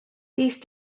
these